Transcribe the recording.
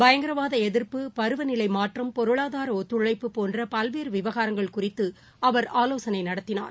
பயங்கரவாத எதிர்ப்பு பருவநிலை மாற்றம் பொருளாதார ஒத்துழைப்பு போன்ற பல்வேறு விவகாரங்கள் குறித்து அவர் ஆலோசனை நடத்தினார்